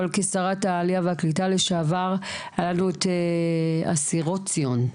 אבל כשרת העלייה והקליטה לשעבר היה לנו את אסירות ציון.